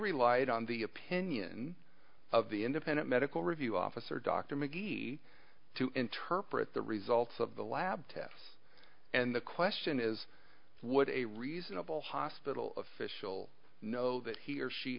relied on the opinion of the independent medical review officer dr mcgee to interpret the results of the lab tests and the question is would a reasonable hospital official know that he or she